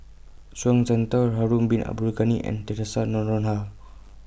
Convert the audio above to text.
Zhuang Shengtao Harun Bin Abdul Ghani and Theresa Noronha